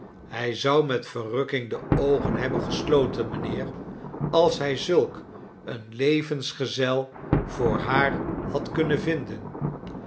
hij zou met verrukking de oogen hebben gesloten mijnheer als hij zulk een levensgezel voor haar had kunnen vinden